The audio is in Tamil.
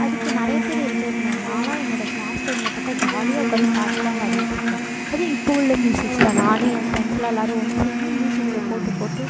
அதுக்கு நிறைய பேர் என்ஜாய் பண்ணுவாங்க நான்லாம் என்னோடய க்ளாஸ் டைமில் பார்த்தா ஜாலியாக உக்கார்ந்து பாட்டு தான் பாடிகிட்ருப்போம் அதுவும் இப்போ உள்ள மியூசிக்ஸ் தான் நானும் என் ஃபிரண்ட்ஸுலாம் எல்லோரும் ஒன்று சேர்ந்து மியூசிக்கை போட்டுப் போட்டு